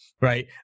right